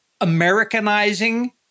Americanizing